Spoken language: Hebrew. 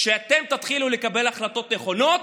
כשאתם תתחילו לקבל החלטות נכונות,